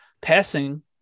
passing